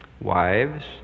Wives